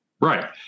Right